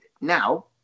now